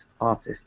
Artist